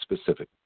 specific